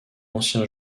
ancien